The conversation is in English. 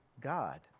God